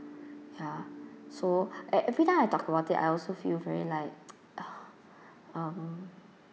ya so eh every time I talk about it I also feel very like um